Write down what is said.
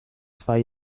zwei